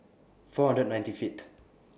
four hundred and ninety Fifth